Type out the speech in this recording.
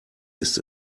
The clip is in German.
ist